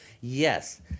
Yes